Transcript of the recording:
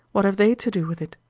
what have they to do with it?